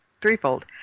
threefold